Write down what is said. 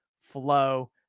flow